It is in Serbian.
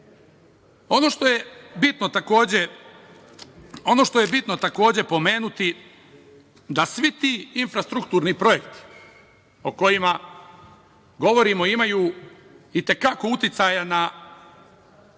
što je bitno takođe pomenuti je da svi ti infrastrukturni projekti o kojima govorimo imaju i te kako uticaja na investitore i činjenica